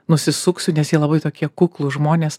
nusisuksiu nes jie labai tokie kuklūs žmonės